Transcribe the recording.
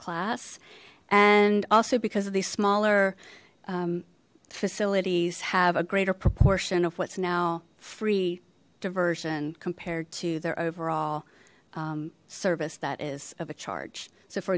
class and also because of these smaller facilities have a greater proportion of what's now free diver compared to their overall service that is of a charge so for